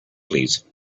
please